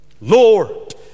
Lord